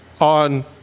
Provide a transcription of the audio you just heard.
on